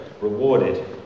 rewarded